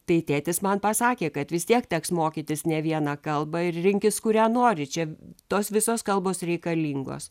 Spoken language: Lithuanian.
tai tėtis man pasakė kad vis tiek teks mokytis ne vieną kalbą ir rinkis kurią nori čia tos visos kalbos reikalingos